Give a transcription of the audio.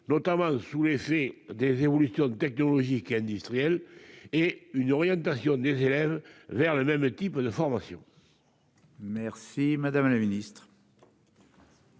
notamment sous l'effet des évolutions technologiques et industrielles, et une orientation des élèves vers un même type de formation ? La parole est à Mme la ministre